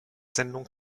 sendung